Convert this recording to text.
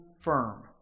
firm